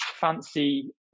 fancy